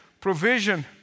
provision